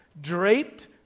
draped